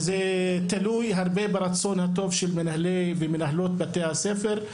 וזה תלוי הרבה ברצון הטוב של מנהלי ומנהלות בתי-הספר,